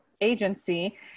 agency